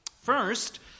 First